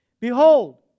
Behold